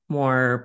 more